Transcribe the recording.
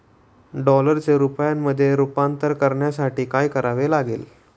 डॉलरचे रुपयामध्ये रूपांतर करण्यासाठी काय करावे लागेल?